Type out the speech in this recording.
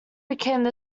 became